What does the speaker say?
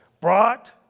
brought